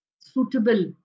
suitable